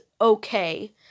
Okay